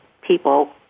people